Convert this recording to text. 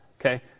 okay